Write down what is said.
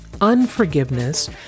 Unforgiveness